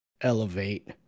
elevate